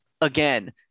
again